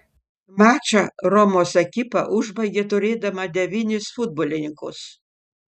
mačą romos ekipa užbaigė turėdama devynis futbolininkus